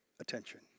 attention